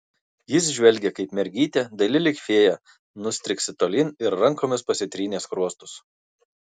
jis žvelgė kaip mergytė daili lyg fėja nustriksi tolyn ir rankomis pasitrynė skruostus